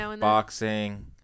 Boxing